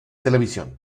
televisión